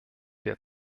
der